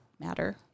matter